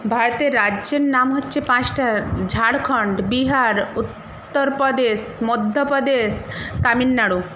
ভারতে রাজ্যের নাম হচ্ছে পাঁচটা ঝাড়খণ্ড বিহার উত্তরপ্রদেশ মধ্যপ্রদেশ তামিলনাড়ু